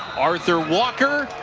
arthur walker,